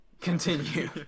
Continue